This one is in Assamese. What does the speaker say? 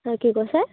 অঁ কি কৈছে